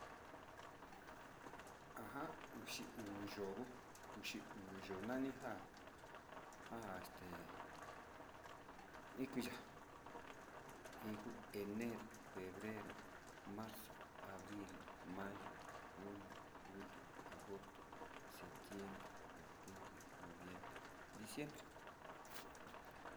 Ajan uxi uu yó'o uxi uu yó'o nani nja, nja este ikuiya iin kuu enero, febrero, marzo, abril, mayo, junio, julio, agosto, septiembre, octubre, noviembre y diciembre.